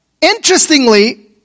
interestingly